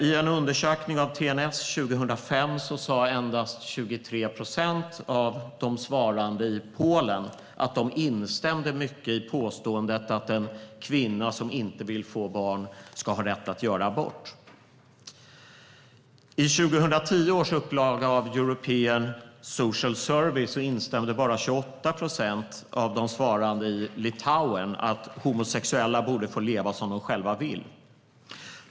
I en undersökning av TNS år 2005 sa endast 23 procent av de svarande i Polen att de instämde mycket i påståendet att en kvinna som inte vill få barn ska ha rätt att göra abort. I 2010 års upplaga av European Social Survey instämde bara 28 procent av de svarande i Litauen i att "homosexuella borde få leva som de själva vill".